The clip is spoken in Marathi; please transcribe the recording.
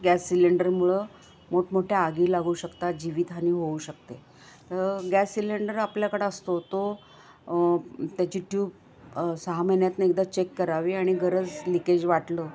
गॅस सिलेंडरमुळं मोठमोठ्या आगी लागू शकताात जीवितहानी होऊ शकते तर गॅस सिलेंडर आपल्याकडं असतो तो त्याची ट्यूब सहा महिन्यातून एकदा चेक करावी आणि गरज लिकेज वाटलं